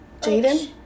Jaden